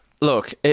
Look